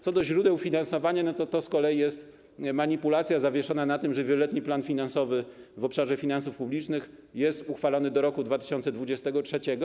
Co do źródeł finansowania to z kolei to jest manipulacja zawieszona na tym, że wieloletni plan finansowy w obszarze finansów publicznych jest uchwalony do roku 2023.